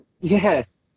yes